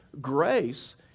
Grace